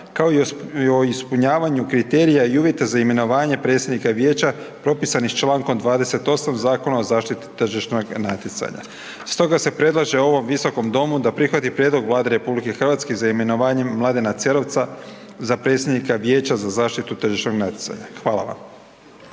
kao i o ispunjavanju kriterija i uvjeta za imenovanje predsjednika vijeća propisanih čl. 28. Zakona o zaštiti tržišnog natjecanja. Stoga se predlaže ovom Viskom domu da prihvati prijedlog Vlade RH za imenovanjem M. Cerovca za predsjednika Vijeća za zaštitu tržišnog natjecanja. Hvala vam.